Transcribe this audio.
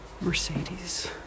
Mercedes